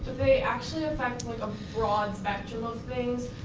they actually affect, like, a broad spectrum of things.